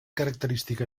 característica